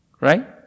Right